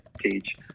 teach